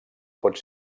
pot